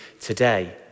today